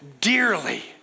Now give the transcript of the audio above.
dearly